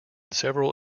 several